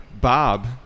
Bob